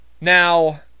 Now